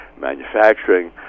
manufacturing